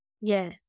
yes